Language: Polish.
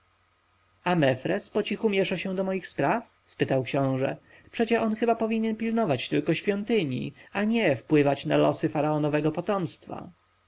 a mefres poco miesza się do moich spraw spytał książę przecie on chyba powinien pilnować tylko świątyni a nie wpływać na losy faraonowego potomstwa